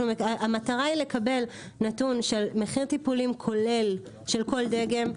המטרה היא לקבל נתון של מחיר טיפולים כולל של כל דגם,